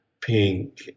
pink